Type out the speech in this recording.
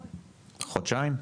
חודשיים?